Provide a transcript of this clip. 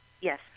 Yes